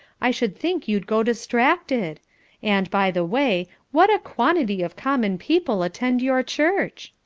i should think you'd go distracted and, by the way, what a quantity of common people attend your church!